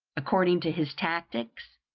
according to his tactics,